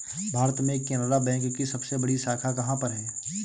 भारत में केनरा बैंक की सबसे बड़ी शाखा कहाँ पर है?